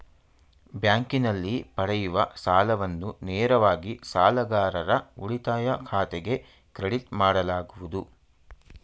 ಬ್ಯಾಂಕಿನಲ್ಲಿ ಪಡೆಯುವ ಸಾಲವನ್ನು ನೇರವಾಗಿ ಸಾಲಗಾರರ ಉಳಿತಾಯ ಖಾತೆಗೆ ಕ್ರೆಡಿಟ್ ಮಾಡಲಾಗುವುದು